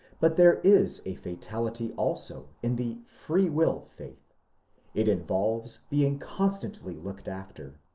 but there is a fatality also in the free will faith it involves being constantly looked after.